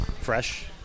fresh